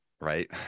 right